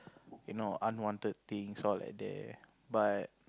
you know unwanted things all like there but